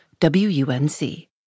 WUNC